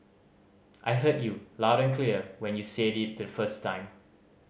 I heard you loud and clear when you said it the first time